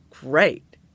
great